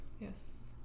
yes